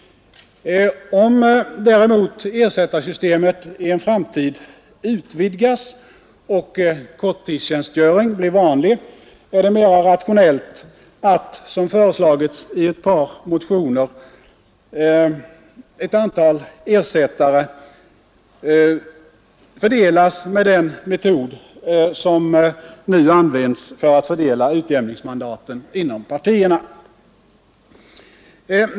Om däremot ersättarsystemet i en framtid utvidgas och korttidstjänstgöring blir vanlig är det mera rationellt att — som föreslås i ett par motioner — ett antal ersättare fördelas med den metod som nu används för att fördela utjämningsmandaten inom partierna.